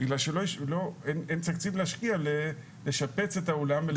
בגלל שאין תקציב להשקיע לשפץ את האולם.